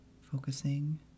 focusing